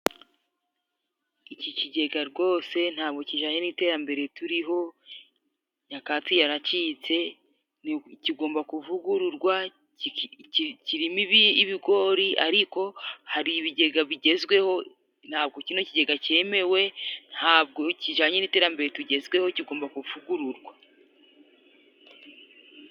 Iki kigega rwose ntabwo kijanye n'iterambere turiho; nyakatsi yaracitse kigomba kuvugururwa, kirimo ibigori ariko hari ibigega bigezweho ntabwo kino kigega cyemewe ntabwo kijanye n'iterambere tugezweho kigomba kuvugururwa.